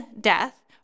death